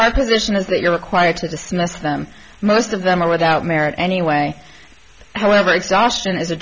i position is that you're required to dismiss them most of them are without merit anyway however exhaustion is a